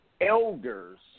elders